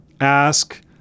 ask